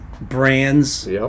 brands